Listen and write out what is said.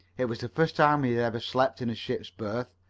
it was the first time he had ever slept in a ship's berth,